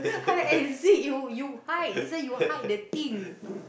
hide and seek you you hide this one you hide the thing